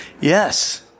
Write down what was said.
Yes